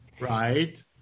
right